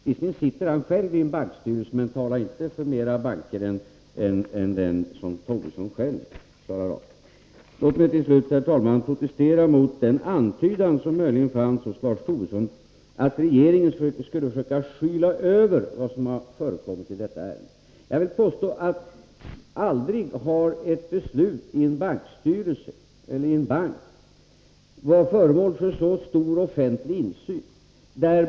Han sitter visserligen själv i en bankstyrelse, men han bör då inte tala för andra banker än den i vars styrelse han sitter. Låt mig till slut, herr talman, protestera mot den antydan som möjligen fanns hos Lars Tobisson om att regeringen skulle försöka skyla över vad som har förekommit i detta ärende. Jag vill påstå att ett beslut i en bankstyrelse, eller i en bank, aldrig har varit föremål för en så omfattande offentlig översyn.